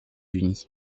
unis